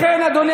זהו,